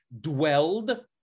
dwelled